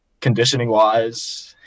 conditioning-wise –